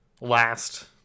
last